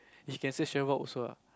he can say chef or also ah